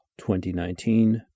2019